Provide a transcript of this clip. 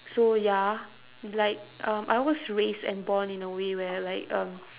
so ya like um I was raised and born in a way where like um